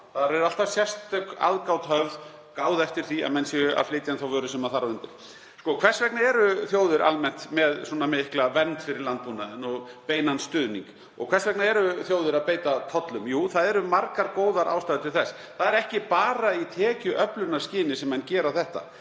Þar er alltaf sérstök aðgát höfð, gáð eftir því að menn séu að flytja inn þá vöru sem þar er undir. Hvers vegna eru þjóðir almennt með svona mikla vernd fyrir landbúnaðinn og beinan stuðning? Og hvers vegna eru þjóðir að beita tollum? Jú, það eru margar góðar ástæður til þess. Það er ekki bara í tekjuöflunarskyni sem menn gera þetta